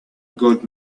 good